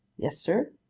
yes, sir.